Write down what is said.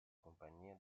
compagnia